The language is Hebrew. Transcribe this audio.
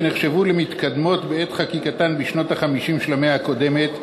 שנחשבו למתקדמות בעת חקיקתן בשנות ה-50 של המאה הקודמת,